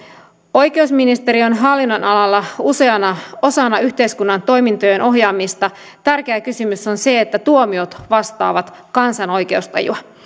oikeusministeriön hallinnonalalla useana osana yhteiskunnan toimintojen ohjaamista tärkeä kysymys on se että tuomiot vastaavat kansan oikeustajua